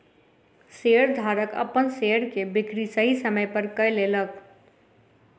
शेयरधारक अपन शेयर के बिक्री सही समय पर कय लेलक